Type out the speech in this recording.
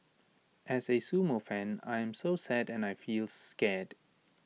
as A sumo fan I am so sad and also feel scared